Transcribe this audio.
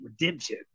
redemption